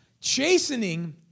Chastening